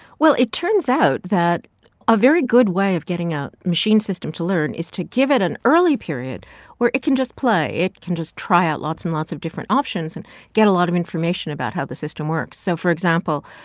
well, it turns out that a very good way of getting a machine system to learn is to give it an early period where it can just play. it can just try out lots and lots of different options and get a lot of information about how the system works. so for example,